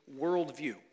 worldview